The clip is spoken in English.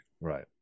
Right